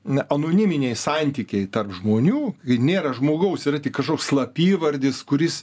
na anoniminiai santykiai tarp žmonių kai nėra žmogaus yra tik kažkoks slapyvardis kuris